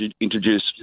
introduce